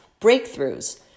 Breakthroughs